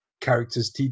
characters